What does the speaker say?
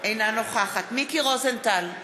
אינה נוכחת מיקי רוזנטל,